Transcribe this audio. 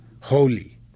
holy